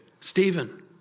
Stephen